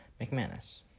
McManus